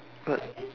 but